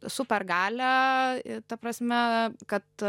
supergalią i ta prasme kad